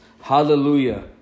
Hallelujah